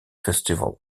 festival